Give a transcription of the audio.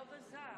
לא בָּזָק.